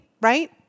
right